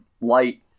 light